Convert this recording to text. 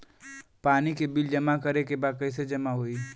पानी के बिल जमा करे के बा कैसे जमा होई?